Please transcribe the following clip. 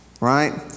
Right